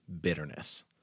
bitterness